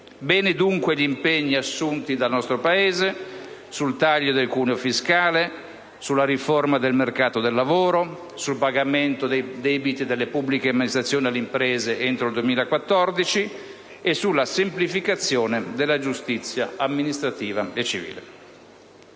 Bene, dunque, gli impegni assunti dal nostro Paese sul taglio del cuneo fiscale, sulla riforma del mercato del lavoro, sul pagamento dei debiti delle pubbliche amministrazioni alle imprese entro il 2014 e sulla semplificazione della giustizia amministrativa e civile.